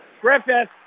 Griffith